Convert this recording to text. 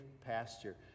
pasture